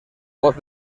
voz